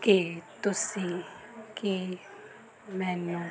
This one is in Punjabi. ਕਿ ਤੁਸੀਂ ਕੀ ਮੈਨੂੰ